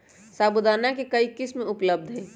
साबूदाना के कई किस्म उपलब्ध हई